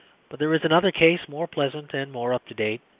but there is another case more pleasant and more up to date.